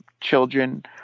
children